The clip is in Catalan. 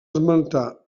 esmentar